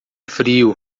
frio